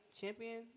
Champion